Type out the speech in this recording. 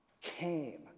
came